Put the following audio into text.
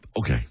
Okay